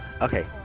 Okay